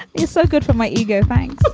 is so good for my ego. thanks